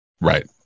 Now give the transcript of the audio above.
Right